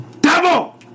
Devil